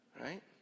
Right